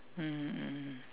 mmhmm mmhmm